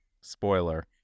Spoiler